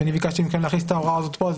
וכשאני ביקשתי מכם להכניס את ההוראה הזאת פה,